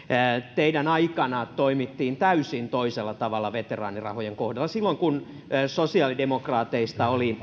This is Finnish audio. teidän aikananne toimittiin täysin toisella tavalla veteraanirahojen kohdalla silloin kun sosiaalidemokraateista oli